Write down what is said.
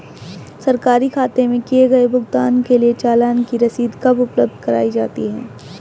सरकारी खाते में किए गए भुगतान के लिए चालान की रसीद कब उपलब्ध कराईं जाती हैं?